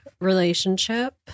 relationship